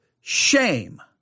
Shame